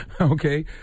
Okay